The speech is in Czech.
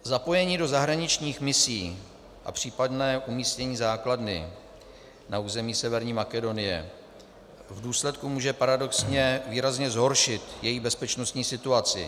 Zapojení do zahraničních misí a případné umístění základny na území Severní Makedonie v důsledku může paradoxně výrazně zhoršit její bezpečnostní situaci.